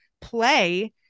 play